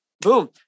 boom